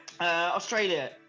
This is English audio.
Australia